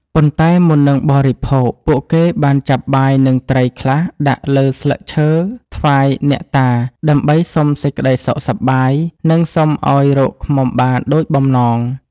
ប៉ុន្តែមុននឹងបរិភោគ ពួកគេបានចាប់បាយ និងត្រីខ្លះដាក់លើស្លឹកឈើថ្វាយអ្នកតា ដើម្បីសុំសេចក្តីសុខសប្បាយ និងសុំឲ្យរកឃ្មុំបានដូចបំណង។